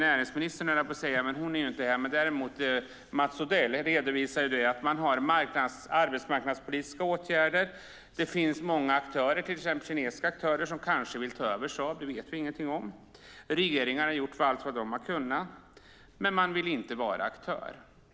Näringsministern är inte här, men däremot redovisar Mats Odell att det finns arbetsmarknadspolitiska åtgärder. Det finns många aktörer, till exempel kinesiska aktörer som kanske vill ta över Saab. Det vet vi ingenting om. Regeringen har gjort allt vad man har kunnat, men man vill inte vara aktör.